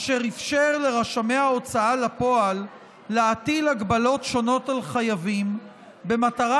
אשר אפשר לרשמי ההוצאה לפועל להטיל הגבלות שונות על חייבים במטרה